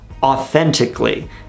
authentically